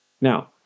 Now